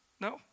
No